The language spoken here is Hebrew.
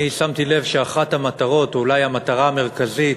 אני שמתי לב שאחת המטרות, או אולי המטרה המרכזית,